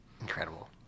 Incredible